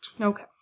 Okay